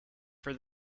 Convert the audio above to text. for